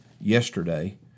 yesterday